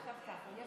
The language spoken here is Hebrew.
אנחנו